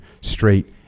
straight